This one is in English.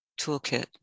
toolkit